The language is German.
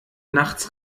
nachts